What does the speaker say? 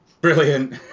brilliant